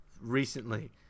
recently